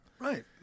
Right